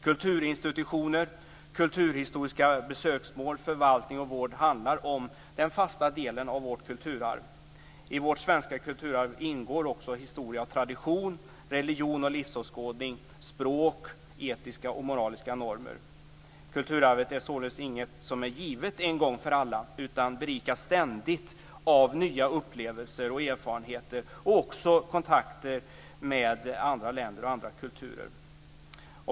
Kulturinstitutioner, kulturhistoriska besöksmål, förvaltning och vård utgör den fasta delen av vårt kulturarv. I vårt svenska kulturarv ingår också historia och tradition, religion och livsåskådning, språk och etiska och moraliska normer. Kulturarvet är således inget som är givet en gång för alla, utan det berikas ständigt av nya upplevelser och erfarenheter liksom även av kontakter med andra länder och kulturer.